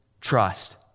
trust